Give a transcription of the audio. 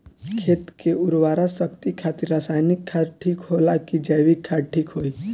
खेत के उरवरा शक्ति खातिर रसायानिक खाद ठीक होला कि जैविक़ ठीक होई?